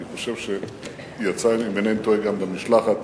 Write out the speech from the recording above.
אני חושב שהיא יצאה, אם אינני טועה, גם במשלחת